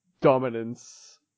dominance